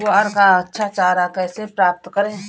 ग्वार का अच्छा चारा कैसे प्राप्त करें?